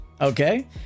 okay